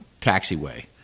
taxiway